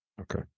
Okay